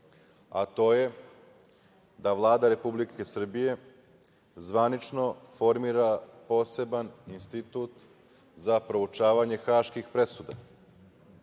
a to je da Vlada Republike Srbije zvanično formira poseban institut za proučavanje haških presuda.Zašto